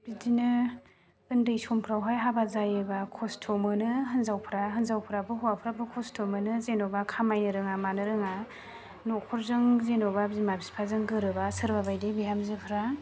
बिदिनो उन्दै समफोरावहाय हाबा जायोबा खस्त' मोनो हिनजावफोरा हिनजावफ्राबो हौवाफ्राबो खस्त' मोनो जेनेबा खामायनो रोङा मानो रोङा न'खरजों जेनेबा बिमा बिफाजों गोरोबा सोरबा बायदि बिहामजोफ्रा